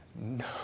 no